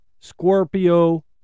Scorpio